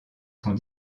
sont